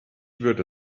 würde